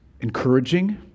encouraging